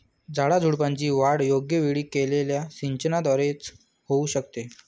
झाडाझुडपांची वाढ योग्य वेळी केलेल्या सिंचनाद्वारे च होऊ शकते